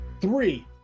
three